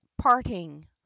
parting